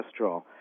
cholesterol